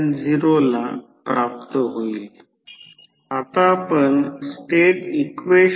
म्हणून cos ∅0 13 होईल म्हणून ∅0 70